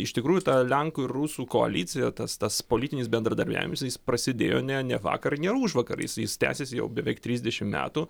iš tikrųjų ta lenkų ir rusų koalicija tas tas politinis bendradarbiavimas jis prasidėjo ne ne vakar ne užvakar jisjis tęsiasi jau beveik trisdešimt metų